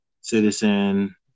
citizen